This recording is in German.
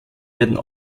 werden